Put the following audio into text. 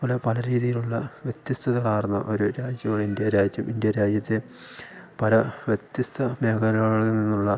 പല പല രീതയിലുള്ള വ്യത്യസ്ഥതകളാർന്ന ഒരു രാജ്യമാണ് ഇന്ത്യാ രാജ്യം ഇന്ത്യാ രാജ്യത്തെ പല വ്യത്യസ്ഥ മേഖലകളിൽ നിന്നുള്ള